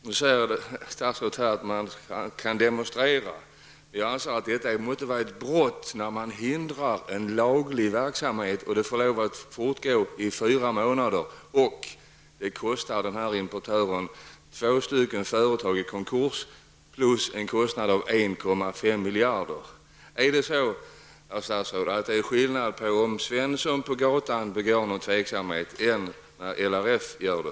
Nu sade statsrådet att man kan demonstrera, men det måste vara ett brott när en laglig verksamhet hindras och hindrandet får fortgå i fyra månader. Det hela kostade importören två företag i konkurs och dessutom en summa på 1,5 miljarder kronor. Är det, herr statsråd, skillnad på om Svensson på gatan begår något tvivelaktigt och om RLF gör det?